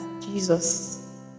Jesus